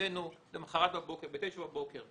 אצלנו למחרת ב-09:00 בבוקר.